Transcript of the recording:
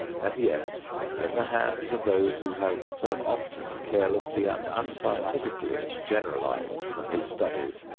and yet in the hands of those who have so often carelessly and unscientifically generalized from his studies,